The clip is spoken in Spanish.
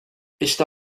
esta